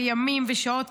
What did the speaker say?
וימים ושעות,